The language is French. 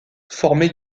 forment